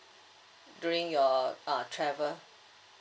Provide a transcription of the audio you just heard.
during your err travel